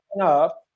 up